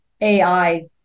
AI